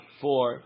four